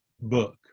book